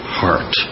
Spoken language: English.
heart